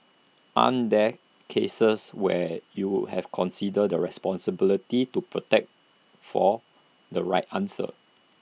aren't there cases where you have considered the responsibility to protect for the right answer